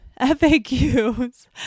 FAQs